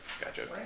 Gotcha